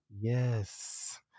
Yes